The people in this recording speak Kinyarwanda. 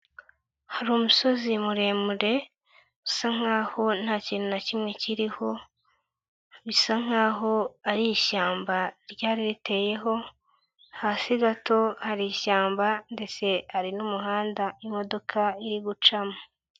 Hari umusozi muremure usa nkaho ntakintu na kimwe kiriho, bisa nkaho ari ishyamba ryari riteyeho, hasi gato hari ishyamba ndetse hari n'umuhanda imodoka iri gucamo.